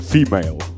Female